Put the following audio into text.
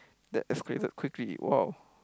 that escalated quickly !wow!